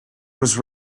was